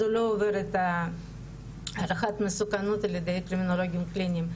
אז הוא לא עובר את הערכת מסוכנות על-ידי קרימינולוגים קליניים.